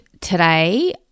today